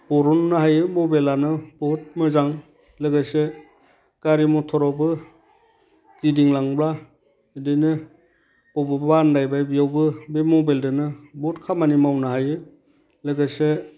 बरननो हायो मबेलानो बहुद मोजां लोगोसे गारि मटरावबो गिदिं लांब्ला बिदिनो बबावबा आन्दायबाय बेयावबो बे मबेलदोंनो बहुद खामानि मावनो हायो लोगोसे